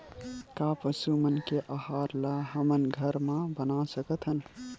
का पशु मन के आहार ला हमन घर मा बना सकथन?